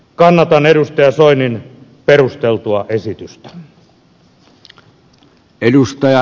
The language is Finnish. kannatan edustaja soinin perusteltua esitystä